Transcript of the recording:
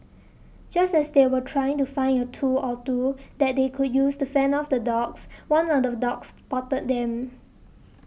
just as they were trying to find a tool or two that they could use to fend off the dogs one of the dogs spotted them